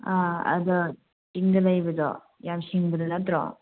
ꯑꯥ ꯑꯗ ꯆꯤꯡꯗ ꯂꯩꯕꯗꯣ ꯌꯥꯝ ꯁꯤꯡꯕꯗꯣ ꯅꯠꯇ꯭ꯔꯣ